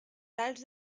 tals